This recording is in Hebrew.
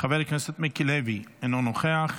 חבר הכנסת מיקי לוי, אינו נוכח,